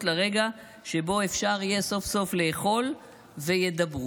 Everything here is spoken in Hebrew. לרגע שבו אפשר יהיה סוף-סוף לאכול וידברו.